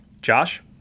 Josh